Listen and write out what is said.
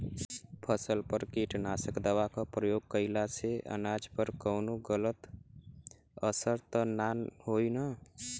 फसल पर कीटनाशक दवा क प्रयोग कइला से अनाज पर कवनो गलत असर त ना होई न?